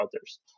others